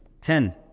ten